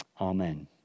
Amen